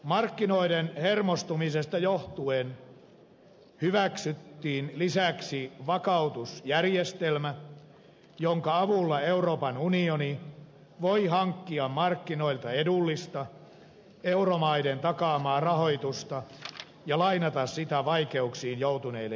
markkinoiden hermostumisesta johtuen hyväksyttiin lisäksi vakautusjärjestelmä jonka avulla euroopan unioni voi hankkia markkinoilta edullista euromaiden takaamaa rahoitusta ja lainata sitä vaikeuksiin joutuneille jäsenmaille